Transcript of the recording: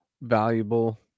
valuable